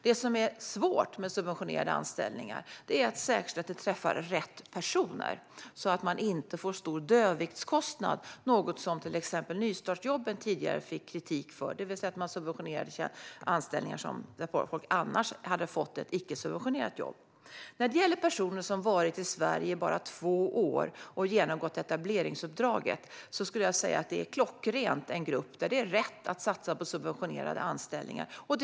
Det som är svårt med subventionerade anställningar är att säkerställa att de träffar rätt personer, så att man inte får en stor dödviktskostnad. Det var något som till exempel nystartsjobben tidigare fick kritik för, det vill säga att man subventionerade anställningar av folk som annars hade fått ett icke-subventionerat jobb. När det gäller personer som har varit i Sverige i bara två år och genomgått etableringsuppdraget skulle jag säga att det är en klockren grupp att satsa på subventionerade anställningar för.